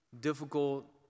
difficult